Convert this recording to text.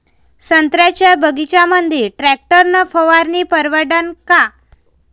संत्र्याच्या बगीच्यामंदी टॅक्टर न फवारनी परवडन का?